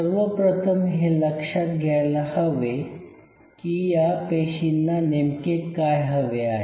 सर्वप्रथम हे लक्षात घ्यायला हवे की या पेशींना नेमके काय हवे आहे